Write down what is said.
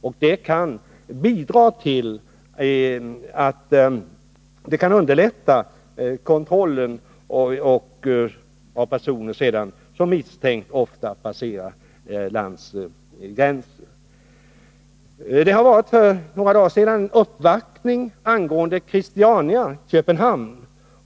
Ett stämplingstvång skulle underlätta kontrollen av personer som misstänkt ofta passerar ett lands gränser. För några dagar sedan gjordes en uppvaktning angående Christiania i Köpenhamn.